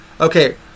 okay